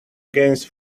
against